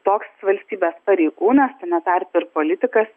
toks valstybės pareigūnas tame tarpe ir politikas